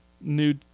new